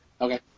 Okay